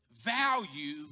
value